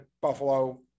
buffalo